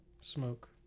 Smoke